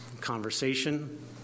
conversation